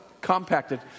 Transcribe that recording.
compacted